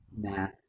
math